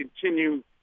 continue